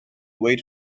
wait